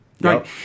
Right